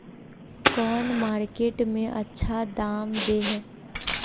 कौन मार्केट में अच्छा दाम दे है?